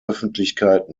öffentlichkeit